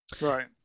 Right